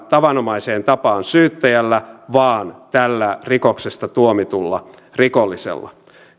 tavanomaiseen tapaan syyttäjällä vaan tällä rikoksesta tuomitulla rikollisella